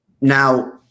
now